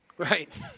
Right